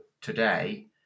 today